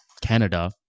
Canada